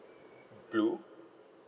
blue